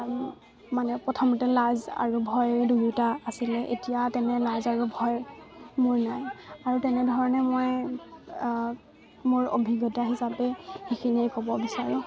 মানে প্ৰথমতে লাজ আৰু ভয় দুয়োটা আছিলে এতিয়া তেনে লাজ আৰু ভয় মোৰ নাই আৰু তেনেধৰণে মই মোৰ অভিজ্ঞতা হিচাপে সেইখিনিয়ে ক'ব বিচাৰোঁ